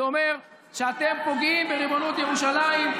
זה אומר שאתם פוגעים בריבונות ירושלים.